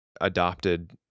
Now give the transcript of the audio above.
adopted